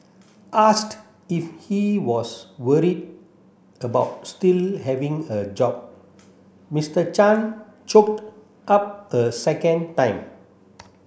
asked if he was worried about still having a job Mister Chan choked up a second time